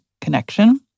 connection